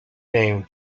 name